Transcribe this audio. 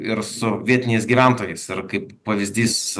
ir su vietiniais gyventojais ir kaip pavyzdys